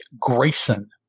Grayson